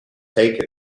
take